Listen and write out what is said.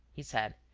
he said,